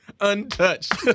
Untouched